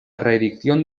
reedición